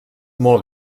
molt